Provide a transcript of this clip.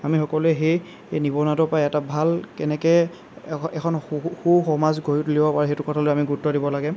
আমি সকলোৱে সেই নিবনুৱাটোৰ পৰা এটা ভাল কেনেকৈ এখ এখন সু সমাজ গঢ়ি তুলিব পাৰি সেইটো কথালৈ আমি গুৰুত্ব দিব লাগে